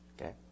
Okay